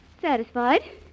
Satisfied